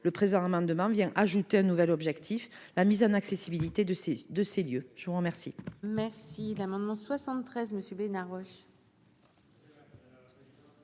le présent amendement vient ajouter un nouvel objectif : la mise en accessibilité de ces, de ces lieux, je vous remercie. Merci l'amendement 73 monsieur Bena Roche.